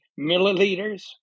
milliliters